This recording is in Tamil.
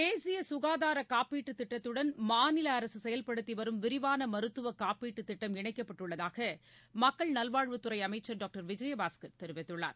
தேசிய சுனதார காப்பீட்டுத் திட்டத்துடன் மாநில அரசு செயல்படுத்தி வரும் விரிவான மருத்துவக் காப்பீட்டுத் திட்டம் இணைக்கப்பட்டுள்ளதாக மக்கள் நல்வாழ்வுத் துறை அமைச்சர் டாக்டர் விஜயபாஸ்கர் தெரிவித்துள்ளார்